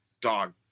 dog